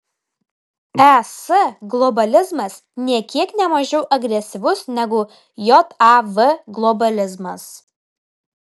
es globalizmas nė kiek ne mažiau agresyvus negu jav globalizmas